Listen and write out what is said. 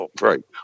right